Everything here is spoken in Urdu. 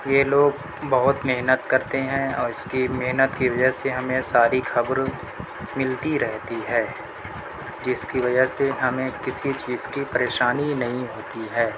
یہ لوگ بہت محنت کرتے ہیں اور اس کی محنت کی وجہ سے ہمیں ساری خبر ملتی رہتی ہے جس کی وجہ سے ہمیں کسی چیز کی پریشانی نہیں ہوتی ہے